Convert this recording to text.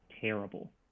terrible